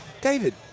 David